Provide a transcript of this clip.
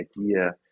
idea